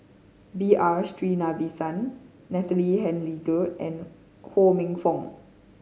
B R Sreenivasan Natalie Hennedige and Ho Minfong